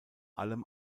allem